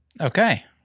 Okay